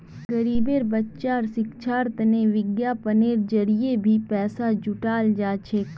गरीब बच्चार शिक्षार तने विज्ञापनेर जरिये भी पैसा जुटाल जा छेक